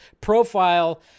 profile